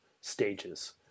stages